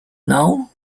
now